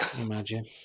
imagine